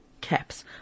caps